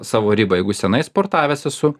savo ribą jeigu senai sportavęs esu